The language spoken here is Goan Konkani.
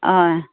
हय